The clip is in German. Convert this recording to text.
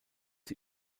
sie